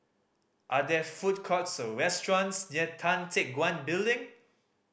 are there food courts or restaurants near Tan Teck Guan Building